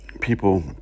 people